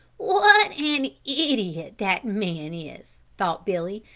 what an idiot that man is! thought billy,